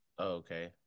Okay